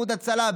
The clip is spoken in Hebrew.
איחוד הצלה,